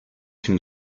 can